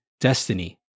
destiny